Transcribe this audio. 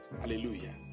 Hallelujah